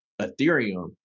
Ethereum